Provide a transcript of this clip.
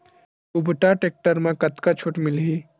कुबटा टेक्टर म कतका छूट मिलही?